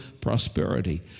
prosperity